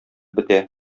бетә